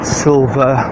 silver